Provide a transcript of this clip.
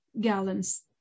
gallons